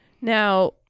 Now